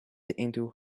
into